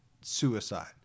suicide